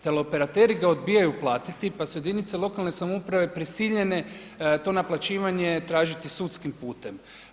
Teleoperateri ga odbijaju platiti pa su jedinice lokalne samouprave prisiljene to naplaćivanje tražiti sudskim putem.